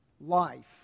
life